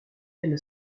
aile